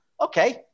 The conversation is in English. okay